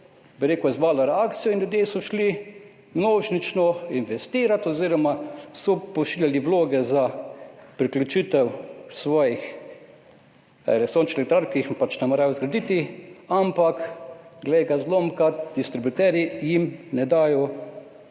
rekel, izzval reakcijo in ljudje so šli množično investirat oziroma so pošiljali vloge za priključitev svojih sončnih elektrarn, ki jih pač nameravajo zgraditi, ampak glej ga, zlomka, distributerji jim ne dajo